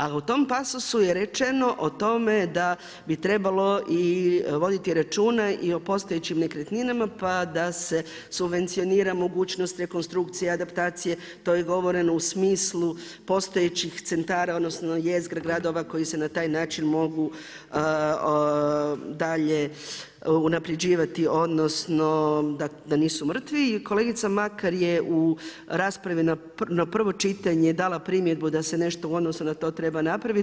A u tom pasosu je rečeno o tome da bi trebalo i voditi račune i o postojećim nekretninama, pa da se subvencionira mogućnost rekonstrukcija, adaptacije, to je govoreno u smislu postojećih centara, odnosno jezgre gradova koji se na taj način mogu dalje unaprjeđivati, odnosno da nisu mrtvu i kolegica Makar je u raspravi na prvo čitanje dala primjedbu da se nešto u odnosno na to treba napraviti.